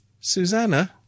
Susanna